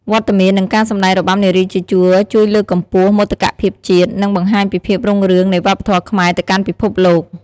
វត្តមាន និងការសម្តែងរបាំនារីជាជួរជួយលើកកម្ពស់មោទកភាពជាតិ និងបង្ហាញពីភាពរុងរឿងនៃវប្បធម៌ខ្មែរទៅកាន់ពិភពលោក។